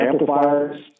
amplifiers